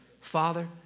Father